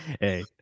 Hey